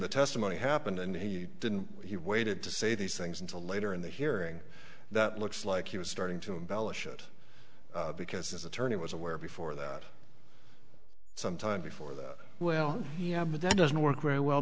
the testimony happened and he didn't he waited to say these things until later in the hearing that looks like he was starting to embellish it because his attorney was aware before that some time before that well he had but that doesn't work very well